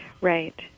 Right